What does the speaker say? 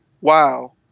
Wow